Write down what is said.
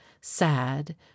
sad